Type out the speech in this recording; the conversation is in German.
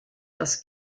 das